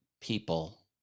people